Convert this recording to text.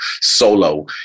solo